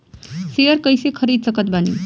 Share कइसे खरीद सकत बानी?